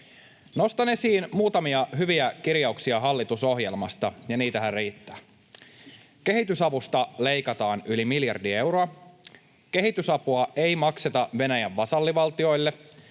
Nostan esiin muutamia hyviä kirjauksia hallitusohjelmasta, ja niitähän riittää: Kehitysavusta leikataan yli miljardi euroa. Kehitysapua ei makseta Venäjän vasallivaltioille.